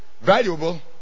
valuable